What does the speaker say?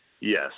Yes